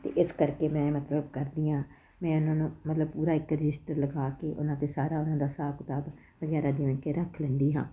ice ਕਰਕੇ ਮੈਂ ਮਤਲਬ ਕਰਦੀ ਹਾਂ ਮੈਂ ਉਹਨਾਂ ਨੂੰ ਮਤਲਬ ਪੂਰਾ ਇੱਕ ਰਜਿਸਟਰ ਲਗਾ ਕੇ ਉਹਨਾਂ 'ਤੇ ਸਾਰਾ ਉਨ੍ਹਾਂ ਦਾ ਹਿਸਾਬ ਕਿਤਾਬ ਵਗੈਰਾ ਜਿਵੇਂ ਕਿ ਰੱਖ ਲੈਂਦੀ ਆ